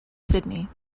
sydney